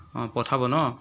পঠাব ন